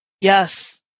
Yes